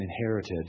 inherited